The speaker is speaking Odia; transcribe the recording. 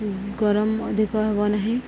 ଗରମ ଅଧିକ ହେବ ନାହିଁ